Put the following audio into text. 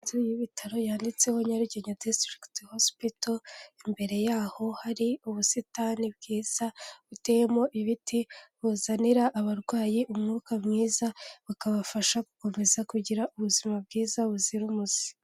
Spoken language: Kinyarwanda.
Inzu y'ibitaro yanditseho Nyarugenya disitirikiti hosipito, imbere yaho hari ubusitani bwiza buteyemo ibiti, buzanira abarwayi umwuka mwiza, bikabafasha gukomeza kugira ubuzima bwiza buzira umuze.